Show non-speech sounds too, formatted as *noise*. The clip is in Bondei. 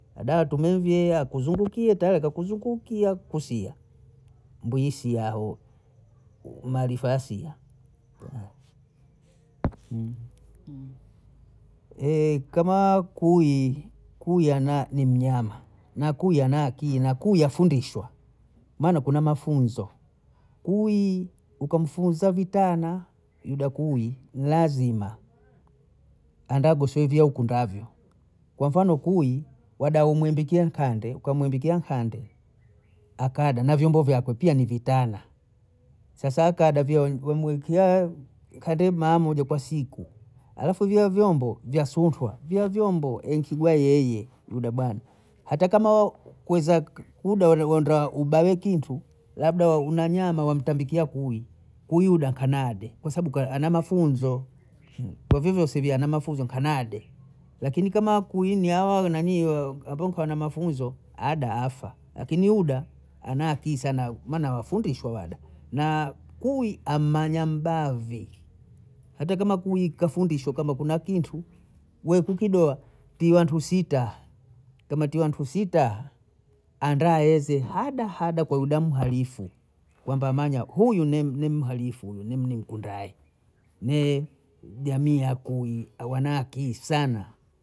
Adatumie vyie akuzungukie tare akuzungukie akusia mbwisi hao marifasi, *hesitation* kama *hesitation* kuya naye ni mnyama, na kuya ana akili, na, kuya afundishwa maana kuna mafunzo, kuyi ukamfunza vitana yidakui lazima anda agosowe vya ukundavyo, kwa mfano kuyi wada umwembikie nkande ukamwimbikia nkande akada na vyombo vyako pia ni vitana, sasa akada vyao mweikiao kande mayamoja kwa siku, halafu viye vyombo vyasuntwa, viye vyombo enkigwayi eye uda bana hatakama kweza kuda ubale kintu labda una nyama wamtambikia kuyi uyuda kanade kwa sabu ana mafunzo, wavivosilia na mafunzo kanade akini kama akuini awa awa nanii *hesitation* ambao nkuwa na mafunzo ada afa lakini uda ana akii sana *hesitation* maana wafundishwa wada, na kuyi ammanya mbavi, hata kama kuyi kafundishwa kwamba kuna kintu wenkikiboya kiwa ntu sita, kamati ya ntu sita anda heze habahaba kweuda muharifu, kwamba amanya huyu ni *hesitation* muharifu huyu nimkundae, ni jamii ya kuyi wana akii sana